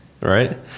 Right